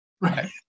Right